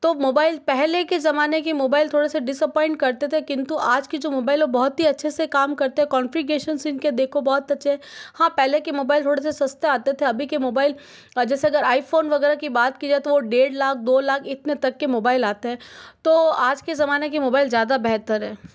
तो मोबाइल पहले के ज़माने की मोबाइल थोड़े से डिसएप्वाइंट करते थे किंतु आज की जो मोबाइल वह बहुत ही अच्छे से काम करते कंफीग्रेशन इनके देखो बहुत अच्छे है हाँ पहले के मोबाइल थोड़े से सस्ते आते थे अभी के मोबाइल जैसे अगर आईफ़ोन वगैरह की बात किया तो डेढ़ लाख दो लाख इतने तक के मोबाइल आते हैं तो आज के ज़माने के मोबाइल ज़्यादा बेहतर है